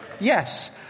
Yes